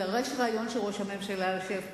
והרעיון הוא שראש הממשלה ישב פה.